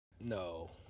No